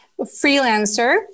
freelancer